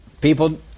People